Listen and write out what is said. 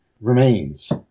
remains